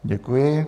Děkuji.